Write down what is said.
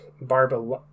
Barbara